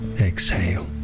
exhale